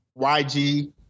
YG